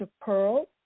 Pearl